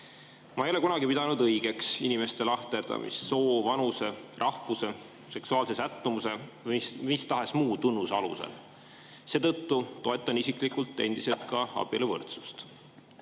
Ma ei ole kunagi pidanud õigeks inimeste lahterdamist soo, vanuse, rahvuse, seksuaalse sättumuse või mis tahes muu tunnuse alusel. Seetõttu toetan isiklikult endiselt ka abieluvõrdsust.